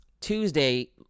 Tuesday